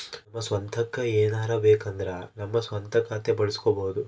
ನಮ್ಮ ಸ್ವಂತಕ್ಕ ಏನಾರಬೇಕಂದ್ರ ನಮ್ಮ ಸ್ವಂತ ಖಾತೆ ಬಳಸ್ಕೋಬೊದು